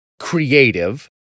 creative